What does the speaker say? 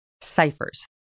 ciphers